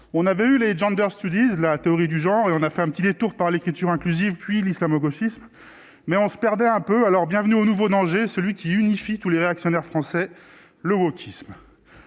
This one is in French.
on avait eu les Gender Studies, la théorie du genre et on a fait un petit détour par l'écriture inclusive, puis l'islamo-gauchisme mais on se perdait un peu alors bienvenue aux nouveaux dangers celui qui unifie tous les réactionnaires français le wokisme.